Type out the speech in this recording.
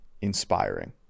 inspiring